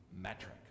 metric